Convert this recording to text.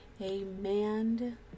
amen